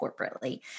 corporately